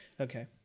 Okay